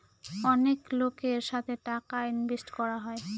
অনেক লোকের সাথে টাকা ইনভেস্ট করা হয়